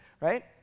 right